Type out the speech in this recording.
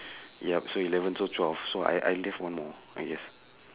ya so eleven so twelve so I left one more I guess